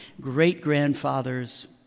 great-grandfathers